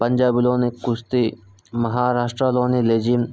పంజాబులోని కుస్తీ మహారాష్ట్రలోని లెజిం